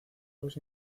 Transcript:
los